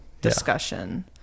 discussion